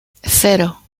cero